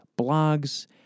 blogs